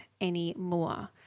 anymore